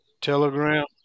Telegram